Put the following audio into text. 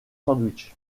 sandwich